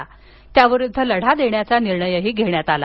तसंच त्याविरुध्द लढा देण्याचा निर्णय घेण्यात आला